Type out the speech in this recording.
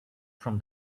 from